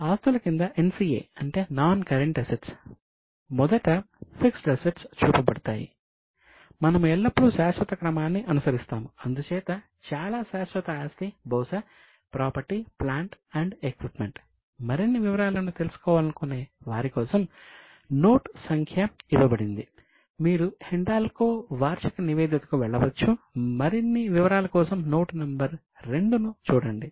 ఆస్తుల కింద NCA అంటే నాన్ కరెంట్ అసెట్స్ 2 ను చూడండి